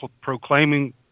proclaiming